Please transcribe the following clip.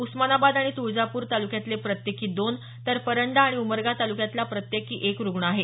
उस्मानाबाद आणि तुळजापूर तालुक्यातले प्रत्येकी दोन तर परंडा आणि उमरगा तालुक्यातला प्रत्येकी एक रुग्ण आहे